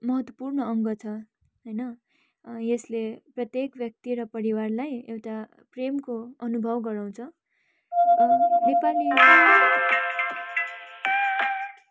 महत्त्वपूर्ण अङ्ग छ होइन यसले प्रत्येक व्यक्ति र परिवारलाई एउटा प्रेमको अनुभव गराउँछ नेपाली